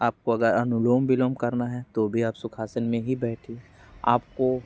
आपको अगर अलूनोम विलोम करना है तो तो भी आप सुखासन में ही बैठिए आपको